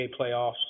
playoffs